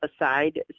aside